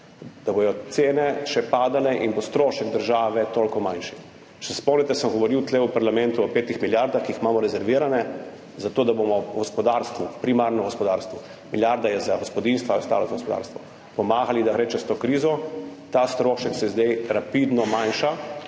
da bodo cene še padale in bo strošek države toliko manjši. Če se spomnite, sem govoril tu v parlamentu o 5 milijardah, ki jih imamo rezervirane za to, da bomo gospodarstvu, primarno gospodarstvo, milijarda je za gospodinjstva, ostalo za gospodarstvo, pomagali, da gre čez to kriz. Ta strošek se zdaj rapidno manjša